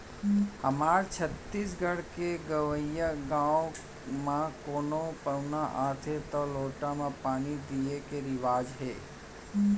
हमर छत्तीसगढ़ के गँवइ गाँव म कोनो पहुना आथें तौ लोटा म पानी दिये के रिवाज हे